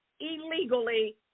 illegally